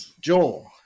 Joel